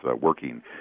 working